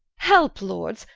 helpe lords,